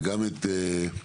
וגם את.